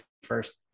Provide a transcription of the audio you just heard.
first